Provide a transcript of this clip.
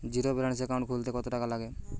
Zero balance account খুলতে কত টাকা লাগে?